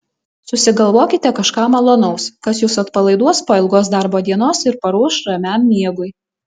susigalvokite kažką malonaus kas jus atpalaiduos po ilgos darbo dienos ir paruoš ramiam miegui